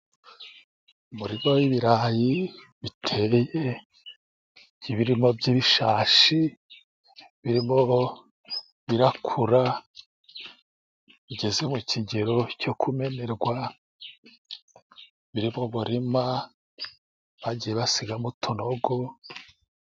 Umurima w'ibirayi biteye, ibirimo by'ibishashi, birimo birakura bigeze mu kigero cyo kumenerwa, biri mu murima bagiye basigamo utunogo.